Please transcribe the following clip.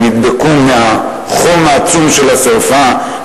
שנדבקו מהחום העצום של השרפה,